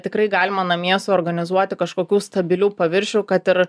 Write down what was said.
tikrai galima namie suorganizuoti kažkokių stabilių paviršių kad ir